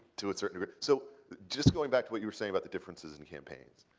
to a certain degree. so just going back to what you were saying about the differences in campaigns.